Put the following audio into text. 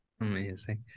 Amazing